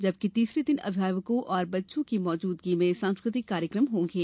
जबकि तीसरे दिन अभिभवकों और बच्चों की मौजूदगी में सांस्कृतिक कार्यक्रम आयोजित होंगे